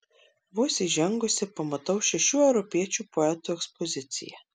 vos įžengusi pamatau šešių europiečių poetų ekspoziciją